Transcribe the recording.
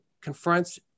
confronts